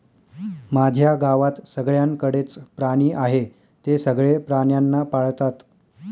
माझ्या गावात सगळ्यांकडे च प्राणी आहे, ते सगळे प्राण्यांना पाळतात